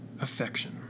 affection